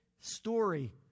story